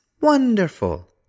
wonderful